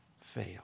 fail